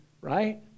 right